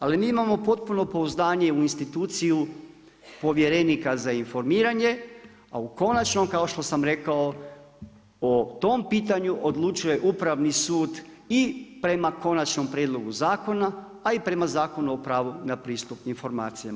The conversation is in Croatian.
Ali mi imamo potpuno pouzdanje u instituciju povjerenika za informiranje, a u konačnom, kao što sam rekao, o tom pitanju odlučuje Upravni sud i prema konačnom prijedlogu zakona, a i prema Zakonu o pravu na pristup informacija.